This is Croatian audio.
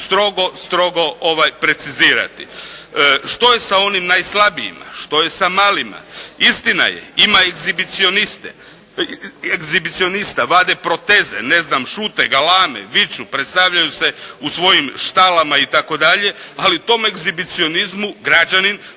strogi, strogo precizirati. Što je s onim najslabijima? Što je sa malima? Istina je, ima egzibicionista, vade proteze, ne znam, šute, galame, viču, predstavljaju se u svojim štalama itd., ali tom egzibicionizmu građanin može